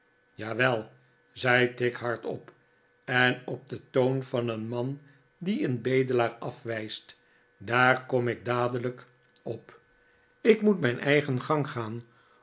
jawel zei tigg hardop en op den toon van een man die een bedelaar afwijst r daar kom ik dadelijk op ik moet mijn eigen gang gaan